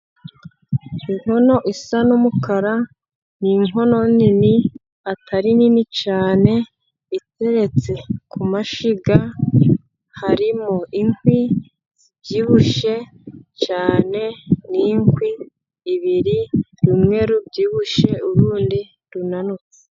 Inkono isa n'umukara ni inkono nini atari nini cyane iteretse ku mashyiga. Harimo inkwi zibyibushye cyane n'inkwi ebyiri, rumwe rubyibushye urundi runanutse.